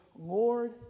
Lord